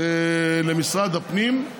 למשרד הפנים.